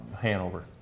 Hanover